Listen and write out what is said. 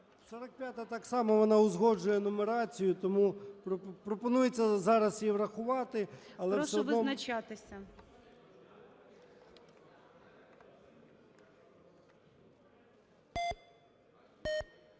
45-а так само вона узгоджує нумерацію, тому пропонується зараз її врахувати, але… ГОЛОВУЮЧИЙ.